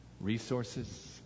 resources